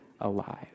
alive